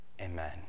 Amen